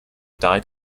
died